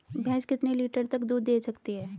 भैंस कितने लीटर तक दूध दे सकती है?